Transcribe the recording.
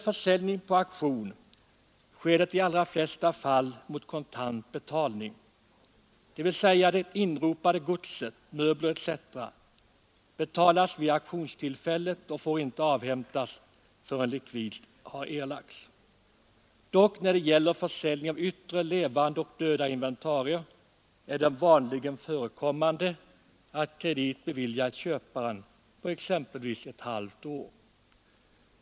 Försäljning på auktion sker i de allra flesta fall mot kontant betalning, dvs. det inropade godset — möbler etc. — betalas vid auktionstillfället och får inte avhämtas förrän likvid har erlagts. När det gäller försäljning av yttre levande och döda inventarier är det dock vanligen förekommande att kredit beviljas köparen på exempelvis ett halvt år.